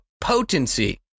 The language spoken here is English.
potency